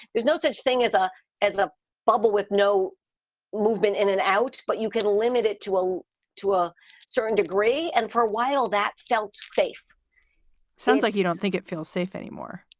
there's no such thing as a as a bubble with no movement in and out. but you can limit it to a tool. certain degree and for a while that felt safe sounds like you don't think it feels safe anymore